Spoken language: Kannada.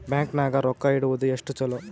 ಬ್ಯಾಂಕ್ ನಾಗ ರೊಕ್ಕ ಇಡುವುದು ಎಷ್ಟು ಚಲೋ?